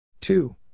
two